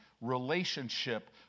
relationship